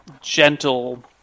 gentle